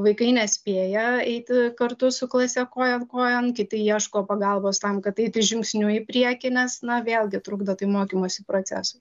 vaikai nespėja eiti kartu su klase koja kojon kiti ieško pagalbos tam kad eiti žingsniu į priekį nes na vėlgi trukdo tai mokymosi proces